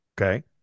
Okay